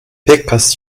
pekas